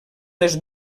les